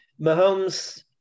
Mahomes